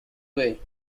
way